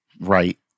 Right